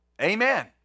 amen